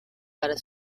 para